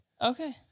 Okay